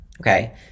Okay